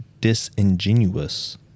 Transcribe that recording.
disingenuous